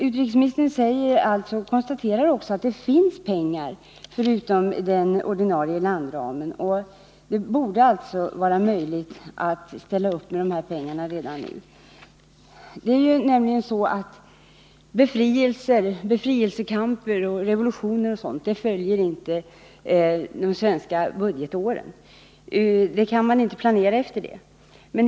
Utrikesministern konstaterar också att det finns pengar utanför den ordinarie landramen, varför det borde vara möjligt att betala ut pengarna redan nu. Befrielsekamper, revolutioner och sådant följer nämligen'inte det svenska budgetåret. Man kan inte planera efter detta.